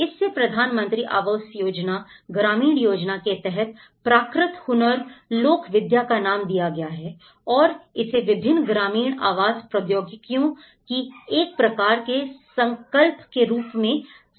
इससे प्रधानमंत्री आवास योजना ग्रामीण योजना के तहत प्राकृत हुनर लोक विद्या का नाम दिया गया है और इसे विभिन्न ग्रामीण आवास प्रौद्योगिकियों कि एक प्रकार के संकल्प के रूप में संकलित किया गया है